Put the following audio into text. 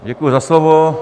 Děkuji za slovo.